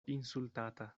insultata